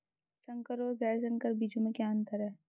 संकर और गैर संकर बीजों में क्या अंतर है?